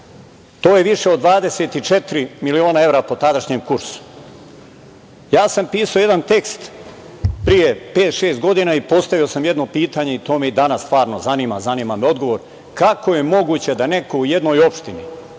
To je više od 24 miliona evra po tadašnjem kursu. Ja sam pisao jedan tekst pre pet-šest godina i postavio sam jedno pitanje i to me i danas stvarno zanima, zanima me odgovor, kako je moguće da neko u jednoj opštini